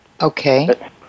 Okay